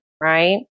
right